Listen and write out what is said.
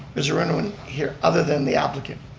is there anyone here other than the applicant?